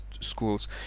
schools